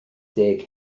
deg